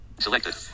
Selected